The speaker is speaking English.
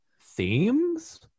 themes